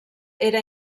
era